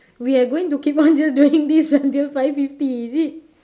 we are going to keep on just doing this until five fifty is it